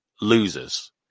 losers